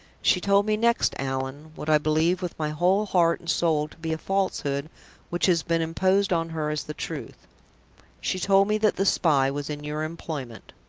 she told me next, allan what i believe with my whole heart and soul to be a falsehood which has been imposed on her as the truth she told me that the spy was in your employment!